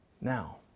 now